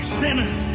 sinners